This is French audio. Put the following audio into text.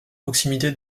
proximité